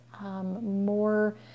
more